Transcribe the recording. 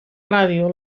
ràdio